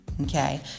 okay